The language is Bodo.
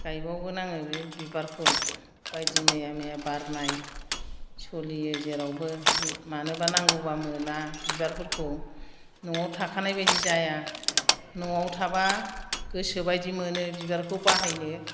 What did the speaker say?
गायबावगोन आङो बे बिबारखौ बायदिमैया मैया बारनाय सोलियो जेरावबो मानोबा नांगौबा मोना बिबारफोरखौ न'आव थाखानाय बायदि जाया न'आव थाबा गोसोबायदि मोनो बिबारखौ बाहायनो